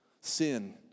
Sin